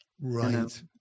Right